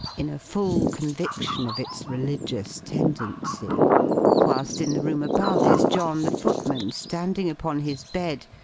in a full conviction of its religious tendency whilst in the room above is john, the footman, standing upon his bed,